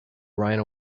rhino